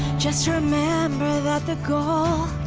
just remember that the goal